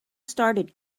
started